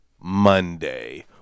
monday